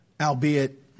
albeit